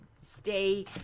stay